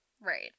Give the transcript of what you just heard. Right